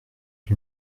ils